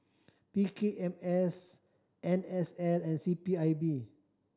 P K M S N S L and C P I B